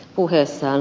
puheessaan